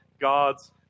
God's